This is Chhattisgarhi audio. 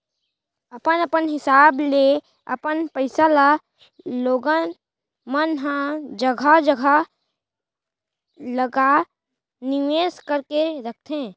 अपन अपन हिसाब ले अपन पइसा ल लोगन मन ह जघा जघा लगा निवेस करके रखथे